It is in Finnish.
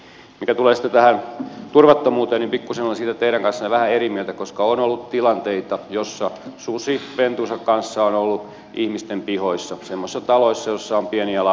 mitä tulee sitten tähän turvattomuuteen niin pikkusen olen siitä teidän kanssanne eri mieltä koska on ollut tilanteita joissa susi pentunsa kanssa on ollut ihmisten pihoissa semmoisissa taloissa joissa on pieniä lapsiakin asumassa